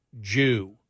Jew